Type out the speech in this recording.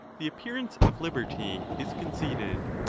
the appearance of liberty is conceded,